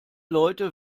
leute